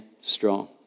strong